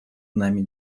нами